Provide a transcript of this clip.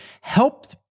helped